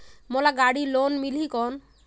मोला गाड़ी लोन मिलही कौन?